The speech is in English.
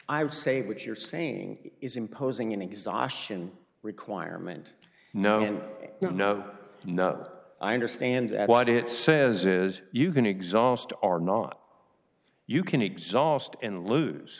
i would say what you're saying is imposing an exhaustion requirement no no no no i understand that what it says is you can exhaust are not you can exhaust and lose